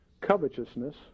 Covetousness